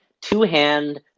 two-hand